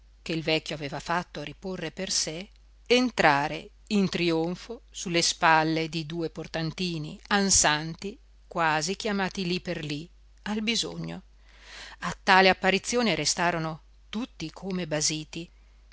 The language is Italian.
che il vecchio aveva fatto riporre per sé entrare in trionfo su le spalle di due portantini ansanti quasi chiamati lì per lì al bisogno a tale apparizione restarono tutti come basiti